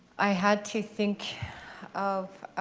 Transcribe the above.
i had to think of